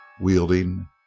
wielding